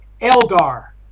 Elgar